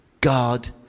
God